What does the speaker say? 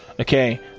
okay